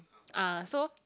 ah so